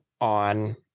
on